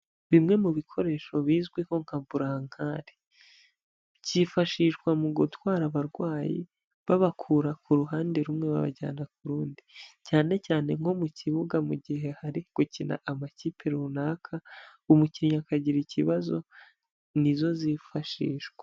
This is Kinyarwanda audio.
Bimwe mu bikoresho bizwiho nka burankari byifashishwa mu gutwara abarwayi babakura ku ruhande rumwe babajyana ku rundi, cyane cyane nko mu kibuga mu gihe hari gukina amakipe runaka, umukinnyi akagira ikibazo ni zo zifashishwa.